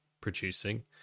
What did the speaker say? producing